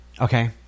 okay